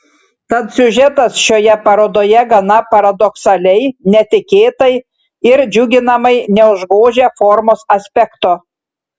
tad siužetas šioje parodoje gana paradoksaliai netikėtai ir džiuginamai neužgožia formos aspekto